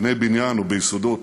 באבני בניין וביסודות.